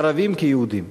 ערבים כיהודים.